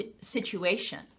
situation